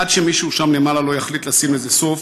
עד שמישהו שם למעלה לא יחליט לשים לזה סוף,